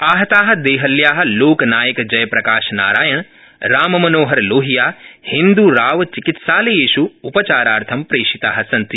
आहता देहल्या लोकनायकजयप्रकाशनारायण राममनोहरलोहिया हिन्द्रावचिकित्सालयेष् षधालयेष् उपचारार्थं प्रेषिता सन्ति